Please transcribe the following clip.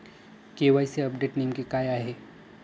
KYC update नेमके काय आहे?